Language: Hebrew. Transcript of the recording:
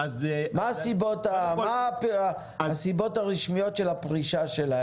מה הסיבות הרשמיות של הפרישה שלהם?